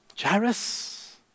Jairus